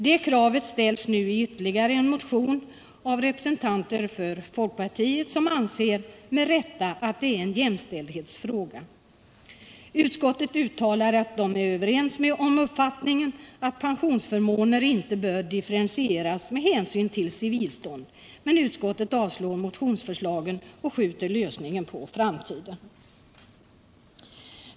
Det kravet ställs nu i ytterligare en motion av representanter för folkpartiet, som med rätta anser att det är en jämställdhetsfråga. Utskottet uttalar att det delar uppfattningen att pensionsförmåner inte bör differentieras med hänsyn till civilstånd. Men utskottet avstyrker motionsförslagen och skjuter lösningen på framtiden.